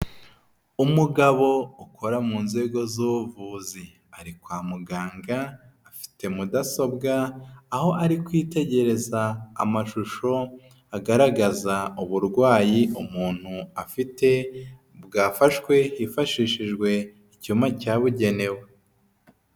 Umugabo ukora mu nzego z'ubuvuzi ari kwa muganga afit mudsobwa aho ari kwitegereza amashusho agaragaza uburwayi umuntu afite bwafashwe hifashishijwe iyuma cyabugenewe.